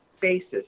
basis